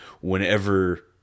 Whenever